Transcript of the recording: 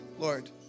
Lord